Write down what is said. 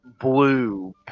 blue